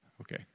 Okay